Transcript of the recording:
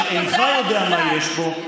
שאינך יודע מה יש בו,